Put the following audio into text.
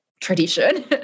tradition